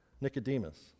Nicodemus